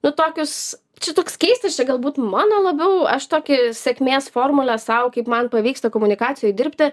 nu tokius čia toks keistas čia galbūt mano labiau aš tokį sėkmės formulę sau kaip man pavyksta komunikacijoj dirbti